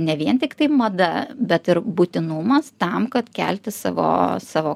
ne vien tiktai mada bet ir būtinumas tam kad kelti savo savo